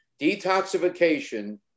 Detoxification